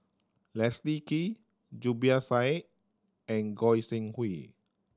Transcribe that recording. Leslie Kee Zubir Said and Goi Seng Hui